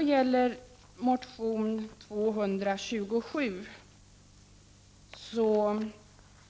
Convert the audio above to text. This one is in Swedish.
I motion Ub227